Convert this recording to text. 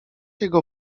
jego